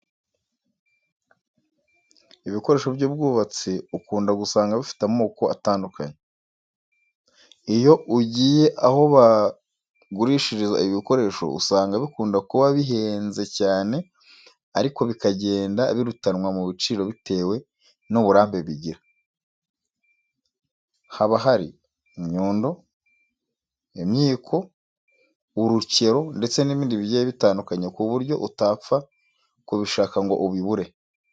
Ibikoresho by'ubwubatsi ukunda gusanga bifite amoko atandukanye. Iyo ugiye aho bagurishiriza ibi bikoresho usanga bikunda kuba bihenze cyane ariko bikagenda birutanwa mu biciro bitewe n'uburambe bigira. Haba hari inyundo, imyiko, urukero ndetse n'ibindi bigiye bitandukanye ku buryo utapfa kubishaka ngo ubibure.